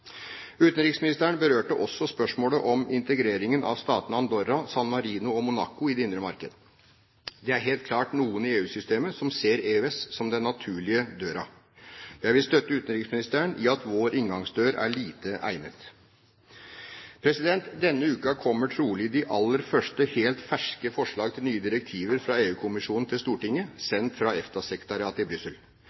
Utenriksministeren berørte også spørsmålet om integreringen av statene Andorra, San Marino og Monaco i det indre marked. Det er helt klart noen i EU-systemet som ser EØS som den naturlige døren. Jeg vil støtte utenriksministeren i at vår inngangsdør er lite egnet. Denne uken kommer trolig de aller første, helt ferske forslag til nye direktiver fra EU-kommisjonen til Stortinget, sendt fra EFTA-sekretariatet i Brussel.